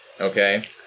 okay